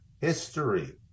history